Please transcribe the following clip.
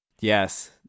yes